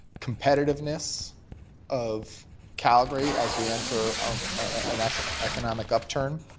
competitiveness of calgary as we enter an economic upturn,